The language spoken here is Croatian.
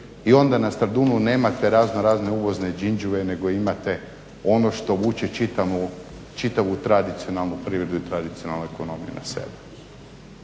i onda na Stradunu nemate razno razne uvozne đinđue nego imate ono što vuče čitavu tradicionalnu privredu i tradicionalnu ekonomiju na selu.